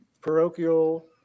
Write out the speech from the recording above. parochial